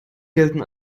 gelten